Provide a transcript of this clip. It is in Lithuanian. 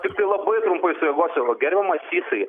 tiktai labai trumpai sureaguosiu gerbiamas sysai